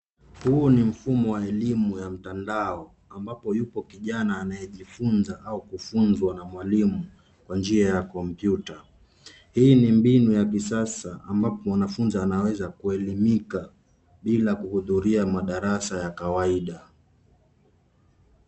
Huu ni mfumo wa elimu ya mtandao ambapo yupo kijana anayejifunza au kufunzwa na mwalimu kwa njia ya kompyuta. Hii ni mbinu ya kisasa ambapo wanafunzi wanaweza kuelimika bila kuhudhuria madarasa ya kawaida.